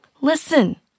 Listen